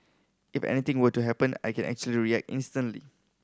if anything were to happen I can actually react instantly